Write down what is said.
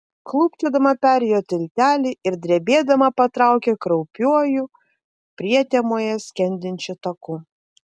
klūpčiodama perėjo tiltelį ir drebėdama patraukė kraupiuoju prietemoje skendinčiu taku